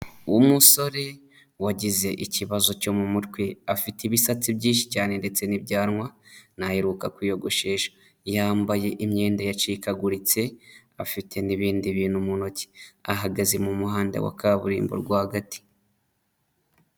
Umusore wagize ikibazo cyo mu mutwe, afite ibisatsi byinshi cyane ndetse n'ibyanwa, ntaheruka kwiyogoshesha, yambaye imyenda yacikaguritse, afite n'ibindi bintu mu ntoki ahagaze mu muhanda wa kaburimbo rwagati.